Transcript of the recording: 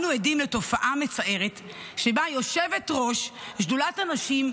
אנו עדים לתופעה מצערת שבה יושבת-ראש שדולת הנשים,